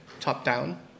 top-down